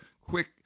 quick